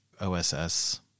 OSS